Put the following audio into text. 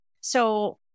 So-